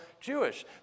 Jewish